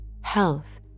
health